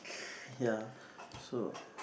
ya so